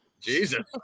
Jesus